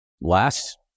last